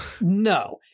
no